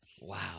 wow